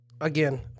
again